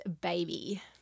baby